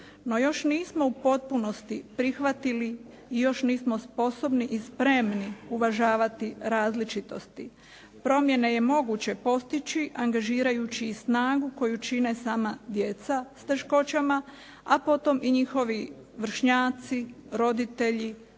no još nismo u potpunosti prihvatili i još nismo sposobni i spremni uvažavati različitosti. Promjene je moguće postići angažirajući i snagu koju čine sama djeca s teškoćama, a potom i njihovi vršnjaci, roditelji,